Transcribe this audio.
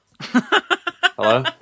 Hello